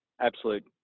absolute